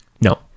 no